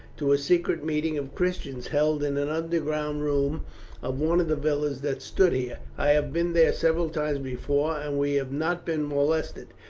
to a secret meeting of christians held in an underground room of one of the villas that stood here. i have been there several times before and we have not been molested,